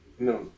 No